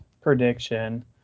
prediction